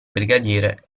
brigadiere